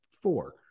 four